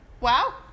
Wow